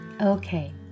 Okay